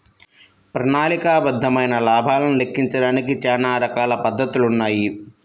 ప్రణాళికాబద్ధమైన లాభాలను లెక్కించడానికి చానా రకాల పద్ధతులున్నాయి